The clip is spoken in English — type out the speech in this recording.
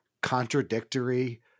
contradictory